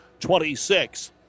26